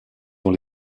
dans